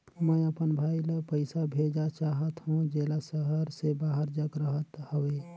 मैं अपन भाई ल पइसा भेजा चाहत हों, जेला शहर से बाहर जग रहत हवे